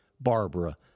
Barbara